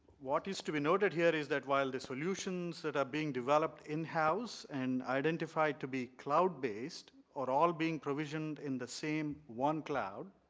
what is to be noteed here is that while the solutions that are being developed in-house and identified to be cloud cloud-based are all being provisioned in the same one cloud.